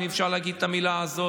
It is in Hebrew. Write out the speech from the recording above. אם אפשר להגיד את המילה הזאת.